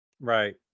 Right